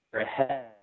ahead